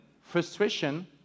frustration